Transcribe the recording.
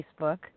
Facebook